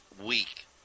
week